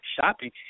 shopping